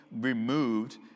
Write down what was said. removed